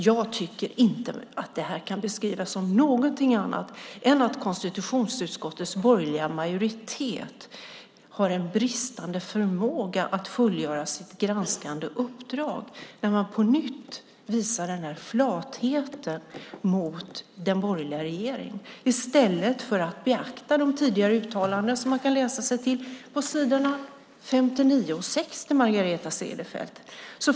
Jag tycker inte att detta kan beskrivas som något annat än som att konstitutionsutskottets borgerliga majoritet har en bristande förmåga att fullgöra sitt granskande uppdrag när man på nytt visar denna flathet mot den borgerliga regeringen, i stället för att beakta de tidigare uttalanden som man kan läsa sig till på s. 59-60.